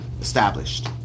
established